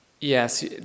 Yes